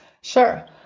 Sure